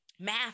math